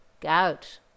gout